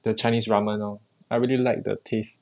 the chinese ramen lor I really like the taste